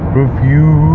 review